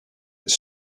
its